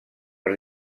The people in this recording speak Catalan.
per